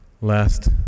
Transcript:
last